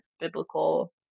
biblical